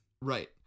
right